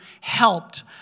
helped